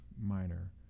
minor